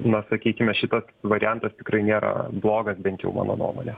na sakykime šitas variantas tikrai nėra blogas bent jau mano nuomone